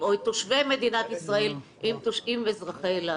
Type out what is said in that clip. או את תושבי מדינת ישראל עם תושבים אזרחי אילת.